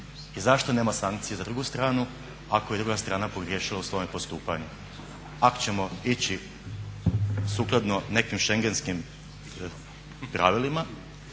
I zašto nema sankcije za drugu stranu ako je druga strana pogriješila u svome postupanju? Ako ćemo ići sukladno nekim schengenskim pravilima,